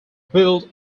build